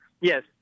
Yes